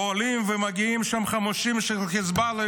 עולים ומגיעים לשם חמושים של חיזבאללה,